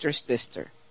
sister